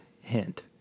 hint